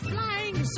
Flying